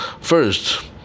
First